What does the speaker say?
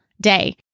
day